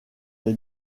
les